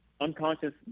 unconscious